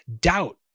doubt